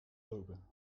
lopen